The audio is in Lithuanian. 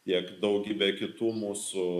tiek daugybė kitų mūsų